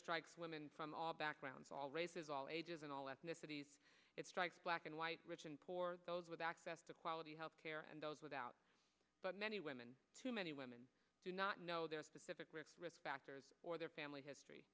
strikes women from all backgrounds all races all ages and all ethnicities it strikes black and white rich and poor those with access to quality health care and those without but many women too many women do not know their specific factors or their family history